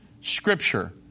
scripture